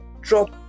drop